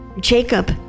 Jacob